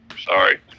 Sorry